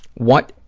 what